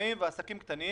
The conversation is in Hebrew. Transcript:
עצמאים ועסקים קטנים